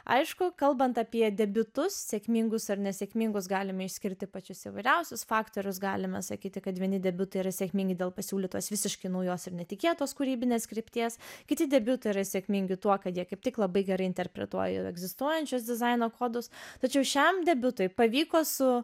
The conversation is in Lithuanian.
aišku kalbant apie debiutus sėkmingus ar nesėkmingus galime išskirti pačius įvairiausius faktorius galime sakyti kad vieni debiutai yra sėkmingi dėl pasiūlytos visiškai naujos ir netikėtos kūrybinės krypties kiti debiutui ir sėkmingi tuo kad jie kaip tik labai gerai interpretuoja jau egzistuojančius dizaino kodus tačiau šiam debiutui pavyko su